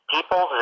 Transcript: People